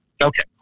Okay